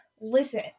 Listen